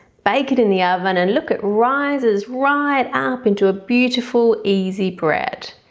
bake it in the oven and look at rises right up into a beautiful easy bread.